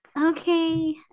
Okay